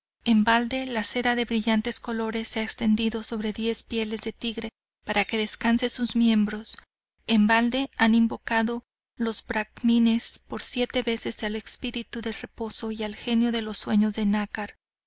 en balde la seda de brillantes colores se ha extendido sobre diez pieles de tigre para que descansen sus miembros en balde han invocado los bracmines por siete veces al espíritu del reposo y al genio de los sueños de nácar